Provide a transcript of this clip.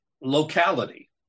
locality